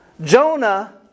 Jonah